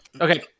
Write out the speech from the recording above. Okay